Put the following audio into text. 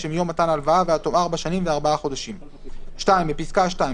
שמיום מתן ההלוואה ועד תום ארבע שנים וארבעה חודשים"; (2)בפסקה (2),